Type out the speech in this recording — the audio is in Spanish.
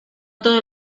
todos